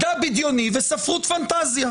מדע בדיוני וספרות פנטזיה.